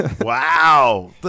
Wow